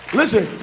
listen